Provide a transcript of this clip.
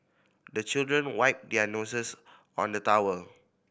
the children wipe their noses on the towel